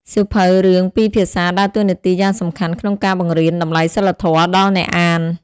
សៀវភៅរឿងពីរភាសាដើរតួនាទីយ៉ាងសំខាន់ក្នុងការបង្រៀន តម្លៃសីលធម៌ ដល់អ្នកអាន។